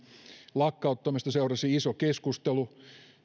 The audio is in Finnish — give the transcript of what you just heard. lakkauttamista seurasi iso keskustelu